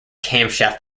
camshaft